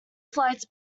flights